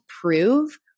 prove